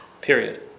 period